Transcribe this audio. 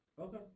okay